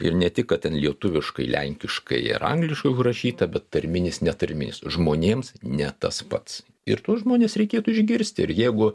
ir ne tik kad ten lietuviškai lenkiškai ar angliškai užrašyta bet tarminis ne tarminis žmonėms ne tas pats ir tuos žmones reikėtų išgirsti ir jeigu